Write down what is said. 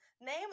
Name